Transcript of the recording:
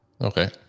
Okay